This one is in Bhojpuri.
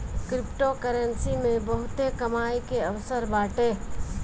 क्रिप्टोकरेंसी मे बहुते कमाई के अवसर बाटे